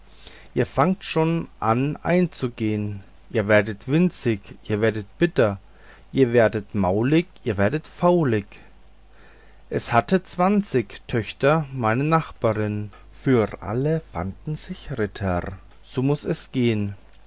ihr fangt schon an einzugehn ihr werdet winzig ihr werdet bitter ihr werdet maulig ihr werdet faulig es hatte zwanzig töchter meine nachbarin für alle fanden sich ritter so muß es gehn